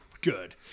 good